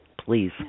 please